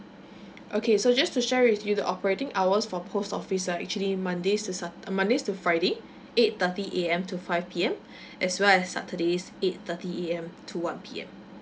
okay so just to share with you the operating hours for post office are actually mondays to saturdays uh mondays to friday eight thirty A_M to five P_M as well as saturdays eight thirty A_M to one P_M